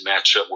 matchup